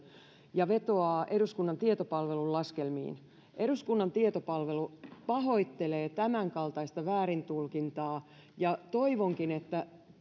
ja vetoaa eduskunnan tietopalvelun laskelmiin eduskunnan tietopalvelu pahoittelee tämänkaltaista väärintulkintaa ja toivonkin että